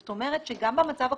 זאת אומרת שגם במצב הקודם,